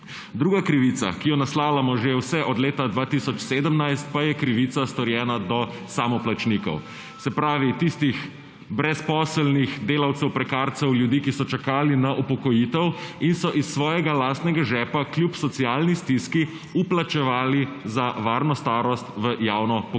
Druga krivica, ki jo naslavljamo že vse od leta 2017, pa je krivica, storjena do samoplačnikov. Se pravi tistih brezposelnih delavcev prekarcev, ljudi, ki so čakali na upokojitev in so iz svojega lastnega žepa kljub socialni stiski vplačevali za varno starost v javno